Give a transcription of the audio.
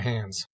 Hands